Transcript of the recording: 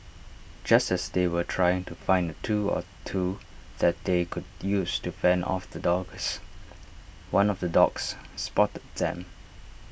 just as they were trying to find A tool or two that they could use to fend off the dogs one of the dogs spotted them